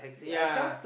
yeah